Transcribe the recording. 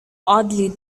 oddly